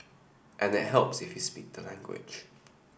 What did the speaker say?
and it helps if you speak the language